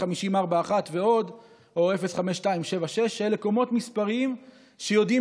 0541 או 05276 אלה קידומות של מספרים שיודעים